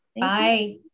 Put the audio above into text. bye